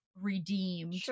Redeemed